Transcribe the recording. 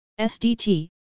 SDT